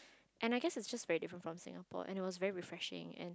and I guess it's just very different from Singapore and it was very refreshing and